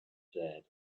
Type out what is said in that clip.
said